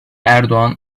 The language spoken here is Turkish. erdoğan